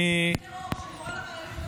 תומך הטרור שקורא לחיילים שלנו "רוצחים".